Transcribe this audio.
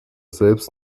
selbst